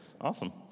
Awesome